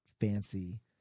fancy